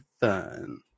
fun